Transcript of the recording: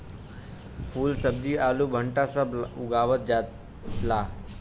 फूल सब्जी आलू भंटा सब उगावल जाला